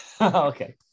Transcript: Okay